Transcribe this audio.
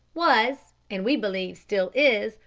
was, and we believe still is,